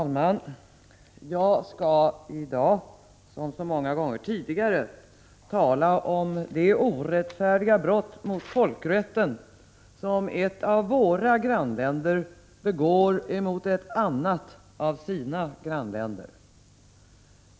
Herr talman! Jag skall i dag som många gånger tidigare tala om det orättfärdiga brott mot folkrätten som ett av våra grannländer begår mot ett annat av sina grannländer.